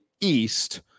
east